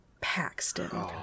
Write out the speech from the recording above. Paxton